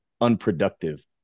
unproductive